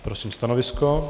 Prosím stanovisko.